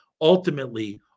ultimately